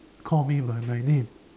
call me by my name